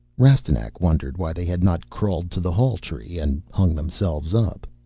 rastignac wondered why they had not crawled to the halltree and hung themselves up.